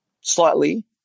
slightly